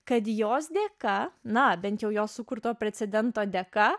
kad jos dėka na bent jau jo sukurto precedento dėka